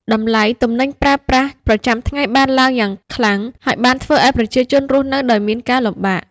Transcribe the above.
តម្លៃទំនិញប្រើប្រាស់ប្រចាំថ្ងៃបានឡើងថ្លៃយ៉ាងខ្លាំង ហើយបានធ្វើឲ្យប្រជាជនរស់នៅដោយមានការលំបាក។